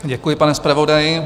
Děkuji, pane zpravodaji.